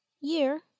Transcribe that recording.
year